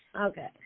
Okay